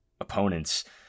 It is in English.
opponents